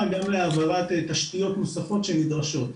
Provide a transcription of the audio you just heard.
גם להעברת תשתיות נוספות שנדרשות.